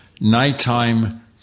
nighttime